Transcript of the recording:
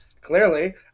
Clearly